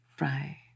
Right